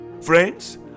friends